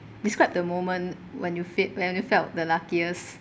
describe the moment when you fel~ when you felt the luckiest